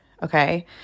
okay